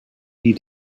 die